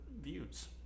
views